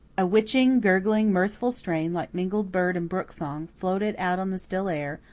a witching, gurgling, mirthful strain, like mingled bird and brook song, floated out on the still air,